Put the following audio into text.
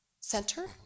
Center